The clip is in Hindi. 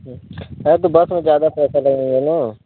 हाँ तो बस में ज़्यादा पैसा लगेगा ना